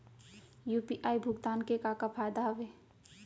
UPI भुगतान के का का फायदा हावे?